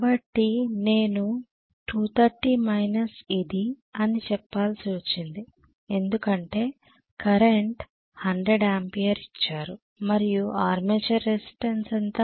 కాబట్టి నేను 230 మైనస్ ఇది అని చెప్పాల్సి వచ్చింది ఎందుకంటే కరెంట్ 100 ఆంపియర్ ఇచ్చారు మరియు ఆర్మేచర్ రెసిస్టన్స్ ఎంత